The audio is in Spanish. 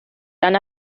tan